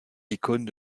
icônes